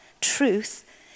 truth